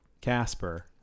casper